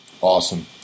Awesome